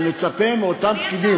אני מצפה מאותם פקידים שמקבלים,